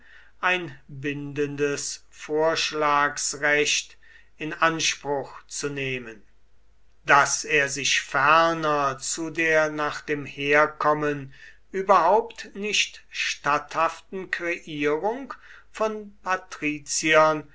ein bindendes vorschlagsrecht in anspruch zu nehmen daß er sich ferner zu der nach dem herkommen überhaupt nicht statthaften kreierung von patriziern